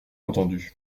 entendus